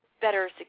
better